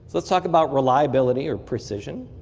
let's talk about reliability or precision.